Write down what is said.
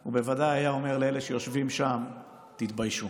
הוא בוודאי היה אומר לאלה שיושבים שם: תתביישו.